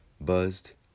buzzed